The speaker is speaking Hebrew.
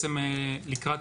לקראת